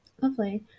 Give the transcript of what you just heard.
Lovely